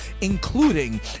including